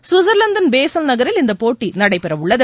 சுவிட்சர்லாந்தின் பேசல் நகரில் இந்தப்போட்டி நடைபெறவுள்ளது